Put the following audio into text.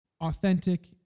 authentic